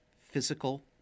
physical